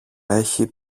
έχει